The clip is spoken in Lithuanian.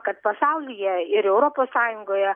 kad pasaulyje ir europos sąjungoje